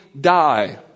die